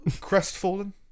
crestfallen